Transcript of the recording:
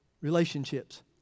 relationships